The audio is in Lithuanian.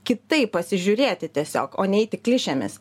kitaip pasižiūrėti tiesiog o neiti klišėmis